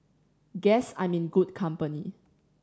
guess I'm in good company